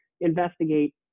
investigate